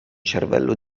cervello